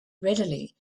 readily